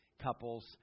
couples